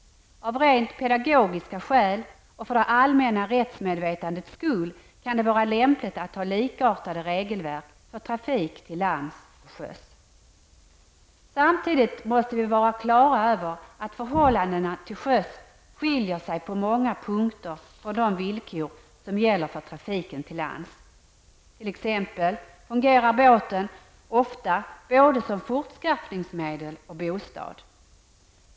Av rent pedagogiska skäl och för det allmänna rättsmedvetandets skull kan det vara lämpligt att ha likartade regelverk för trafik till lands och sjöss. Samtidigt måste vi vara klara över att förhållandena till sjöss skiljer sig på många punkter från de villkor som gäller för trafiken till lands -- t.ex. fungerar båten ofta både som fortskaffningsmedel och som bostad.